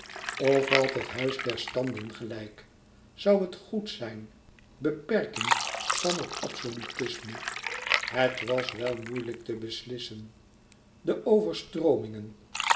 of had het huis der standen gelijk zoû het goed zijn beperking van het absolutisme het was wel moeilijk te beslissen de overstroomingen